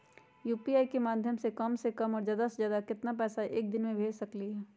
UPI के माध्यम से हम कम से कम और ज्यादा से ज्यादा केतना पैसा एक दिन में भेज सकलियै ह?